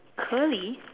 curly